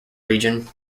region